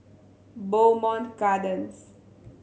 Bowmont Gardens